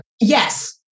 yes